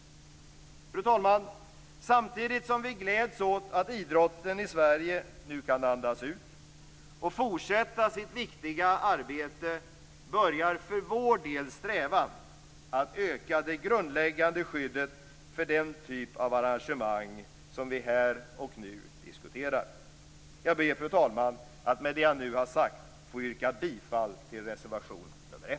Fru talman! Samtidigt som vi gläds åt att idrotten i Sverige nu kan andas ut och fortsätta sitt viktiga arbete börjar för vår del arbetet i strävan att öka det grundläggande skyddet för den typ av arrangemang som vi här och nu diskuterar. Jag ber, fru talman, att med det som jag nu har sagt, få yrka bifall till reservation nr 1.